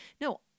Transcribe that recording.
No